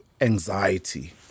anxiety